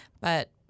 but-